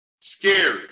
Scary